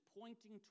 pointing